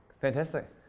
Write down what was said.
fantastic